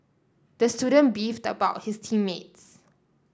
the student beefed about his team mates